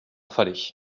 fallait